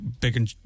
bacon